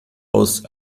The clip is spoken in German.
aus